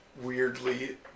weirdly